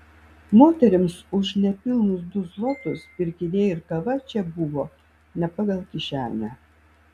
moterims už nepilnus du zlotus pirkiniai ir kava čia buvo ne pagal kišenę